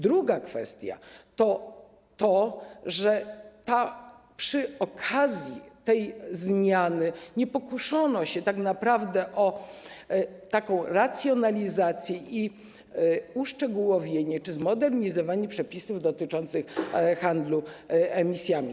Druga kwestia dotyczy tego, że przy okazji tej zmiany nie pokuszono się tak naprawdę o taką racjonalizację i uszczegółowienie czy zmodernizowanie przepisów dotyczących handlu emisjami.